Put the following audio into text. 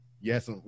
yes